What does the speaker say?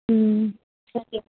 ம் ம் ஓகே